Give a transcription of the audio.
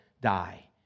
die